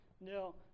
No